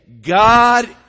God